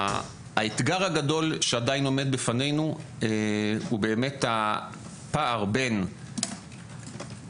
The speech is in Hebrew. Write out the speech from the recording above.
האתגר הגדול שעדיין עומד בפנינו הוא באמת הפער בין נקרא